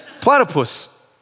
Platypus